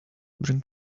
bring